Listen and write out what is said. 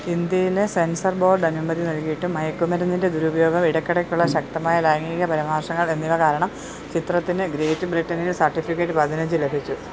ഇൻഡ്യയിലെ censor board അനുമതി നൽകിയിട്ടും മയക്കുമരുന്നിന്റെ ദുരുപയോഗം ഇടയ്ക്കിടെയുള്ള ശക്തമായ ലൈംഗിക പരാമർശങ്ങൾ എന്നിവ കാരണം ചിത്രത്തിന് ഗ്രേറ്റ് ബ്രിട്ടനിൽ സർട്ടിഫിക്കറ്റ് പതിനഞ്ച് ലഭിച്ചു